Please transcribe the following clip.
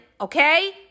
Okay